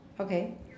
okay